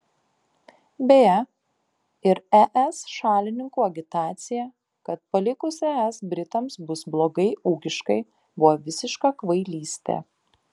beje ir es šalininkų agitacija kad palikus es britams bus blogai ūkiškai buvo visiška kvailystė